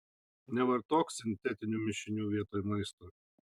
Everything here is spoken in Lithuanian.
nevartok sintetinių mišinių vietoj maisto